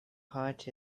heart